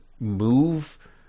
move